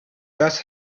das